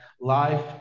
life